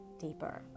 deeper